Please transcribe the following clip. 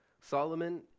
Solomon